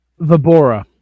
Vibora